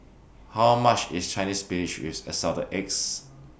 How much IS Chinese Spinach with Assorted Eggs